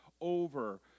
over